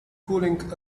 cooling